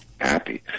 happy